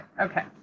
Okay